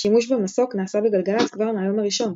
שימוש במסוק נעשה בגלגלצ כבר מהיום הראשון,